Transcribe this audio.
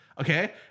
okay